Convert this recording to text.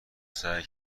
سعی